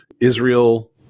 Israel